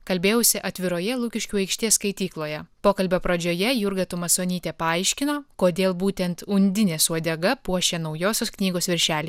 kalbėjausi atviroje lukiškių aikštės skaitykloje pokalbio pradžioje jurga tumasonytė paaiškino kodėl būtent undinės uodega puošia naujosios knygos viršelį